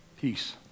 Peace